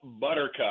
Buttercup